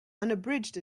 unabridged